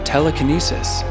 Telekinesis